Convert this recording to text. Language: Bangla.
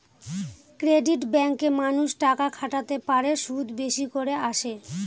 ক্রেডিট ব্যাঙ্কে মানুষ টাকা খাটাতে পারে, সুদ বেশি করে আসে